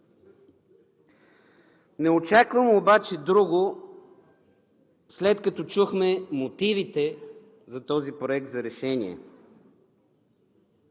Не очаквам обаче друго, след като чухме мотивите за този проект за решение.